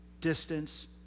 distance